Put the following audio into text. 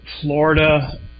Florida